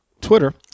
Twitter